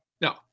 no